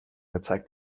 gezeigt